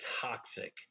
toxic